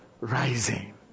rising